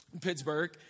Pittsburgh